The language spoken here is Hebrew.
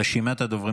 רשימת הדוברים